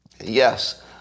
Yes